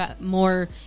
more